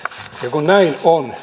kun näin on